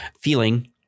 feeling